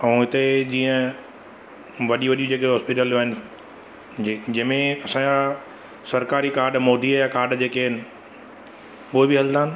ऐं हिते जीअं वॾी वॾी जेके हॉस्पिटलियूं आहिनि जे जंहिंमें असांजा सरकारी काड मोदीअ जा काड जेके आहिनि उहे बि हलंदा आहिनि